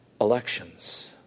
elections